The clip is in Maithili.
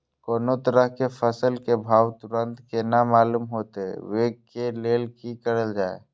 कोनो तरह के फसल के भाव तुरंत केना मालूम होते, वे के लेल की करल जाय?